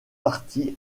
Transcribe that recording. partis